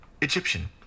Egyptian